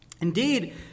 Indeed